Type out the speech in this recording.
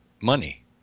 money